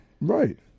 Right